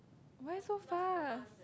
why so fast